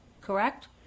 correct